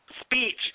speech